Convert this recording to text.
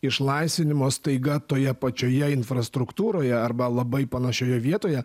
išlaisvinimo staiga toje pačioje infrastruktūroje arba labai panašioje vietoje